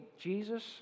Jesus